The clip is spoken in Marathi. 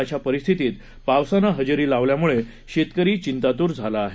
अशा परिस्थितीत पावसानं हजेरी लावल्यामुळे शेतकरी चिंतातूर झाला आहे